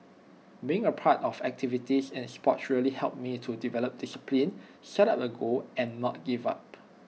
being A part of activities in Sport really helped me to develop discipline set up A goal and not give up